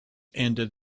ended